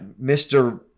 Mr